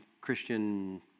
Christian